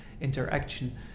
interaction